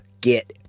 get